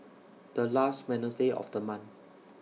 The last Wednesday of The month